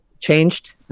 changed